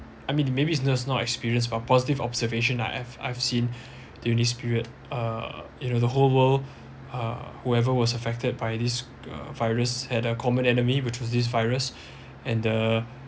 I mean maybe it's it's not not experience for positive observation I have I've seen during this period uh you know the whole world uh whoever was affected by this uh virus had a common enemy which was this virus and the